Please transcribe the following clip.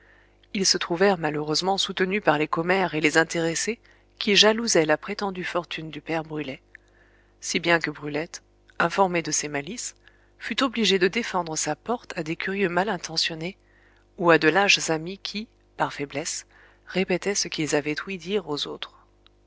ils se trouvèrent malheureusement soutenus par les commères et les intéressés qui jalousaient la prétendue fortune du père brulet si bien que brulette informée de ces malices fut obligée de défendre sa porte à des curieux mal intentionnés ou à de lâches amis qui par faiblesse répétaient ce qu'ils avaient ouï dire aux autres